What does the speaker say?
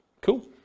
Cool